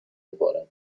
سپارم